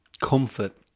comfort